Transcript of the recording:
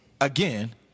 again